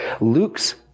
Luke's